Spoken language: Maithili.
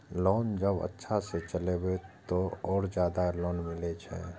लोन जब अच्छा से चलेबे तो और ज्यादा लोन मिले छै?